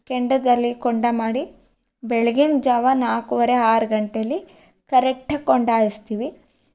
ಕೆಂಡದಲ್ಲಿ ಕೊಂಡ ಮಾಡಿ ಬೆಳಗ್ಗಿನ ಜಾವ ನಾಲ್ಕುವರೆ ಆರು ಗಂಟೆಯಲ್ಲಿ ಕರೆಕ್ಟಾಗಿ ಕೊಂಡ ಹಾಯಿಸ್ತೀವಿ